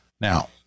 Now